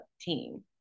team